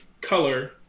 color